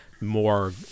more